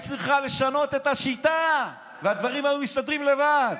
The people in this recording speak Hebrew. היית צריכה לשנות את השיטה והדברים היו מסתדרים לבד.